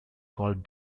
called